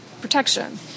protection